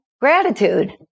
gratitude